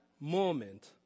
moment